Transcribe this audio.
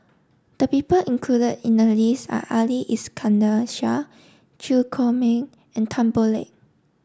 the people included in the list are Ali Iskandar Shah Chew Chor Meng and Tan Boo Liat